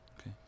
Okay